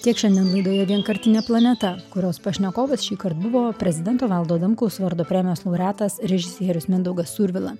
tiek šiandien laidoje vienkartinė planeta kurios pašnekovas šįkart buvo prezidento valdo adamkaus vardo premijos laureatas režisierius mindaugas survila